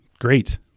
great